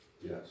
Yes